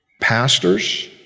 pastors